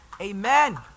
Amen